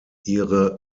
ihre